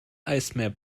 eismeer